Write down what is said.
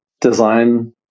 design